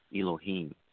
Elohim